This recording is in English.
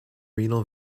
renal